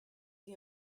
get